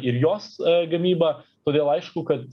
ir jos gamyba todėl aišku kad